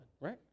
right